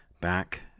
back